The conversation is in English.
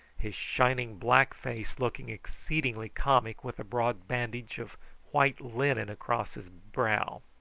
his shining black face looking exceedingly comic with a broad bandage of white linen across his brow.